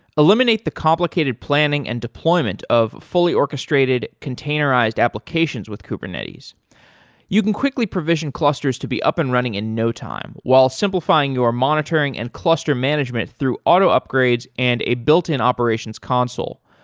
eliminate the complicated planning and deployment of fully orchestrated containerized applications with kubernetes you can quickly provision clusters to be up and running in no time, while simplifying your monitoring and cluster management through auto upgrades and a built-in operations console.